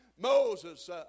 Moses